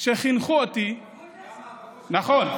חינכו אותי, נכון.